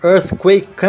Earthquake